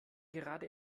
gerade